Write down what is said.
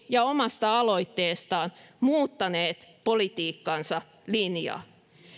ja omasta aloitteestaan muuttaneet politiikkansa linjaa